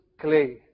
clay